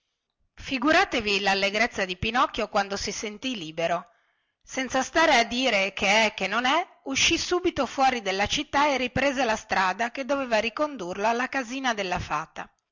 figuratevi lallegrezza di pinocchio quando si sentì libero senza stare a dire che è e che non è uscì subito fuori della città e riprese la strada che doveva ricondurlo alla casina della fata